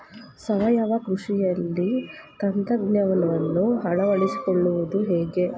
ಸಾವಯವ ಕೃಷಿಯಲ್ಲಿ ತಂತ್ರಜ್ಞಾನವನ್ನು ಅಳವಡಿಸಿಕೊಳ್ಳುವುದು ಹೇಗೆ?